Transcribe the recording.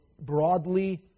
broadly